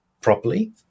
properly